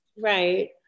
Right